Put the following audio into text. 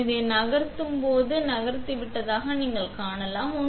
எனவே நான் இதை நகர்த்தும்போது இது நகர்ந்துவிட்டதாக நீங்கள் காணலாம்